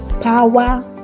power